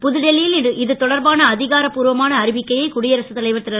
புதுடில்லி ல் இது தொடர்பான அ காரப்பூர்வமான அறிவிக்கையை குடியரசுத் ரு